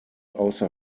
außer